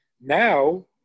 now